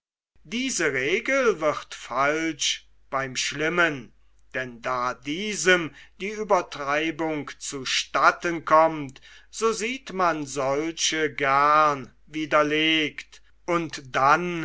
diese regel wird falsch beim schlimmen denn da diesem die uebertreibung zu statten kommt so steht man solche gern widerlegt und dann